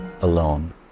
alone